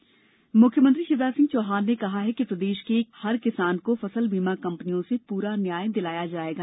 CM फसल बीमा मुख्यमंत्री शिवराज सिंह चौहान ने कहा है कि प्रदेश के हर किसान को फसल बीमा कंपनियों से प्ररा न्याय दिलाया जाएगा